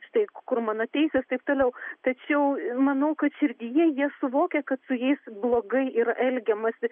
štai kur mano teisės taip toliau tačiau manau kad širdyje jie suvokia kad su jais blogai yra elgiamasi